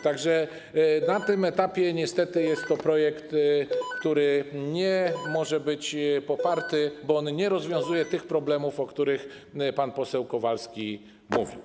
Tak że na tym etapie niestety jest to projekt, który nie może być poparty, bo on nie rozwiązuje tych problemów, o których pan poseł Kowalski mówił.